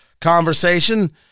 conversation